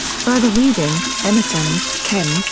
further reading emerson, ken,